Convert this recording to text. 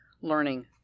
learning